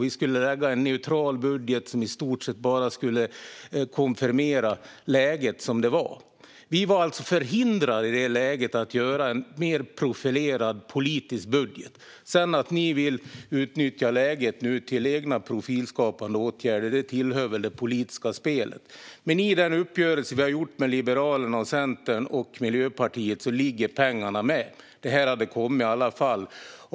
Vi skulle lägga fram en neutral budget som i stort sett bara skulle konfirmera läget som det var. Vi var alltså förhindrade att göra en mer profilerad politisk budget i det läget. Att ni nu vill utnyttja läget till egna profilskapande åtgärder tillhör väl det politiska spelet, men i den uppgörelse vi har träffat med Liberalerna, Centern och Miljöpartiet ligger pengarna med. De hade kommit i alla fall.